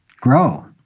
grow